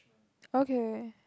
okay